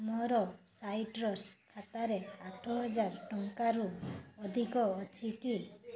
ମୋର ସାଇଟ୍ରସ୍ ଖାତାରେ ଆଠ ହଜାର ଟଙ୍କାରୁ ଅଧିକ ଅଛି କି